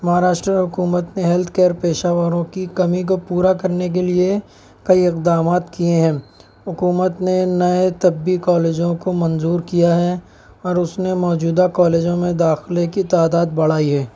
مہاراشٹر حکومت نے health care پیشہ وروں کی کمی کو پورا کرنے کے لیے کئی اقدامات کیے ہیں حکومت نے نئے طبی کالجوں کو منظور کیا ہے اور اس میں موجودہ کالجوں کے داخلوں کی تعداد بڑھائی ہے